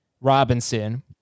Robinson